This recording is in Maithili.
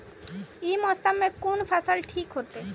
ई मौसम में कोन फसल ठीक होते?